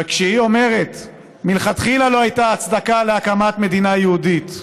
והיא אומרת: מלכתחילה לא הייתה הצדקה להקמת מדינה יהודית.